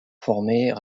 former